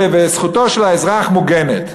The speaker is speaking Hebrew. וזכותו של האזרח מוגנת.